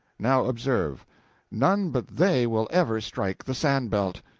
now, observe none but they will ever strike the sand-belt!